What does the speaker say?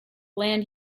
land